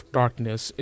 darkness